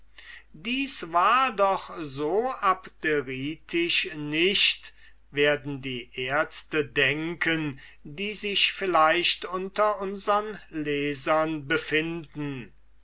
dies war doch so abderitisch nicht werden die ärzte denken die sich vielleicht unter unsern lesern befinden